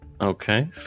Okay